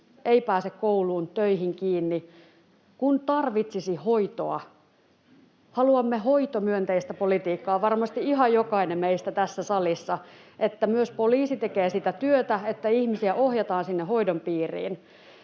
Ei se hoito tarkoita, että vapauttaa pitäisi!] Haluamme hoitomyönteistä politiikkaa varmasti ihan jokainen meistä tässä salissa, että myös poliisi tekee sitä työtä, että ihmisiä ohjataan sinne hoidon piiriin.